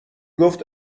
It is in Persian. گفت